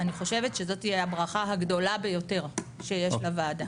אני חושבת שזו תהיה הברכה הגדולה ביותר שיש לוועדה.